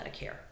medicare